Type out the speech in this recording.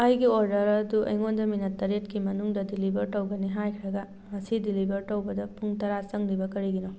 ꯑꯩꯒꯤ ꯑꯣꯔꯗꯔ ꯑꯗꯨ ꯑꯩꯉꯣꯟꯗ ꯃꯤꯅꯠ ꯇꯔꯦꯠꯀꯤ ꯃꯅꯨꯡꯗ ꯗꯤꯂꯤꯚꯔ ꯇꯧꯒꯅꯤ ꯍꯥꯏꯈ꯭ꯔꯒ ꯃꯁꯤ ꯗꯤꯂꯤꯚꯔ ꯇꯧꯕꯗ ꯄꯨꯡ ꯇꯔꯥ ꯆꯪꯂꯤꯕ ꯀꯔꯤꯒꯤꯅꯣ